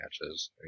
matches